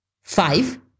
five